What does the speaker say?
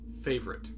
favorite